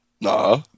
Nah